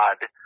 God